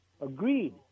agreed